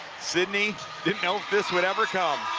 sidney didn't know if this wouldever come,